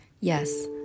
Yes